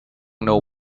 know